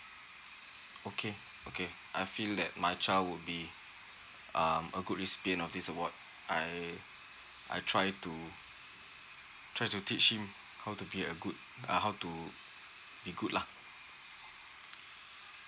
okay okay I feel that my child would be um a good recipient of this award I I try to try to teach him how to be a good uh how to be good lah